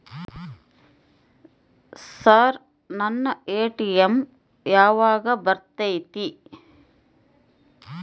Sir ನನ್ನ ATM ಯಾವಾಗ ಬರತೈತಿ?